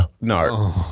No